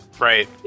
Right